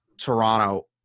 Toronto